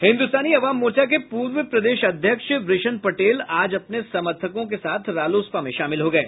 हिन्दुस्तानी अवाम मोर्चा के पूर्व प्रदेश अध्यक्ष वृषिण पटेल आज अपने समर्थकों के साथ रालोसपा में शामिल हो गये